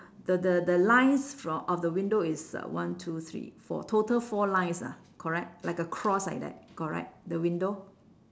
the the the lines fr~ of the windows is uh one two three four total four lines ah correct like a cross like that correct the window